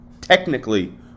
technically